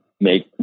make